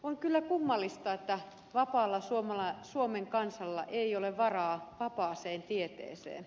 on kyllä kummallista että vapaalla suomen kansalla ei ole varaa vapaaseen tieteeseen